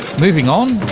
moving on,